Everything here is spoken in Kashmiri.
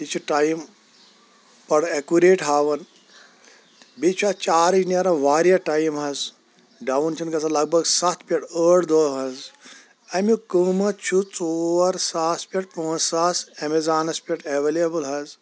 یہِ چھ ٹایِم بَڈٕ ایٚکُریٹ ہاوان بیٚیہِ چھُ اَتھ چارٕج نیران واریاہ ٹایِم حظ ڈاوُن چھٮ۪نہٕ گَژھان لَگ بَگ سَتھ پٮ۪ٹھ ٲٹھ دۄہ حظ اَمیُک قۭمَت چھُ ژور ساس پٮ۪ٹھ پانٛژھ ساس ایٚمازانَس پٮ۪ٹھ ایٚوَلیٚبٕل حظ